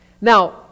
Now